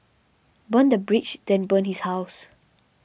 burn the bridge then burn his house